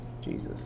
Jesus